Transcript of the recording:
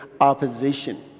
opposition